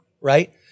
Right